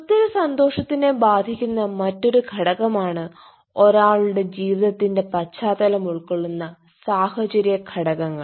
സുസ്ഥിര സന്തോഷത്തിനെ ബാധിക്കുന്ന മറ്റൊരു ഘടകമാണ് ഒരാളുടെ ജീവിതത്തിന്റെ പശ്ചാത്തലം ഉൾക്കൊള്ളുന്ന സാഹചര്യ ഘടകങ്ങൾ